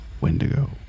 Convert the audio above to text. Wendigo